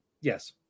Yes